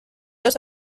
los